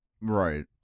Right